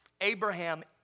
Abraham